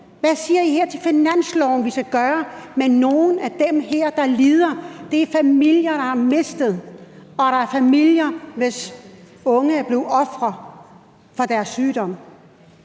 Hvad siger I her ved finansloven, at vi skal gøre med nogle af dem her, der lider? Der er familier, der har mistet, og der er familier, hvis unge er blevet ofre for deres sygdom.